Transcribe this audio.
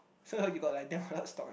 so like you got like that much stock ah